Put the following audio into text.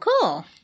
cool